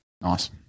Nice